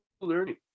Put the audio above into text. learning